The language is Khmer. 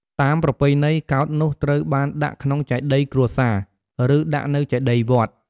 តាមប្រពៃណី កោដ្ឋនោះត្រូវបានដាក់ក្នុងចេតិយគ្រួសារ ឬ ដាក់នៅចេតិយវត្ត។